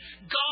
God